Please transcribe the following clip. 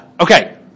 Okay